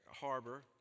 harbor